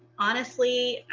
honestly